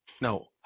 No